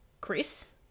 Chris